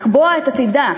לקבוע את עתידה.